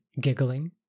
giggling